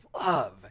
love